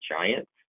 Giants